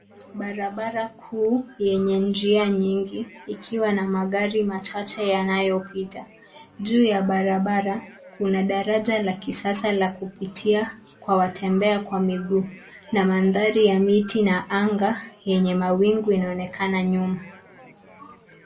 Barabara kuu yenye njia nyingi, ikiwa na magari machache yanayopita. Juu ya barabara, kuna daraja la kisasa la kupitia kwa watembea kwa miguu. Na mandhari ya miti na anga yenye mawingu inaonekana nyuma.